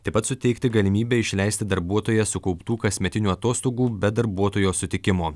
taip pat suteikti galimybę išleisti darbuotoją sukauptų kasmetinių atostogų be darbuotojo sutikimo